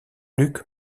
luc